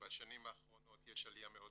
בשנים האחרונות יש עלייה מאוד